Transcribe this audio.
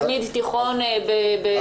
תלמיד תיכון בשדרות.